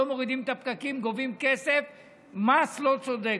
לא מורידים את הפקקים, גובים כסף, מס לא צודק.